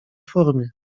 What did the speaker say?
formie